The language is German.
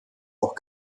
auch